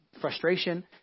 frustration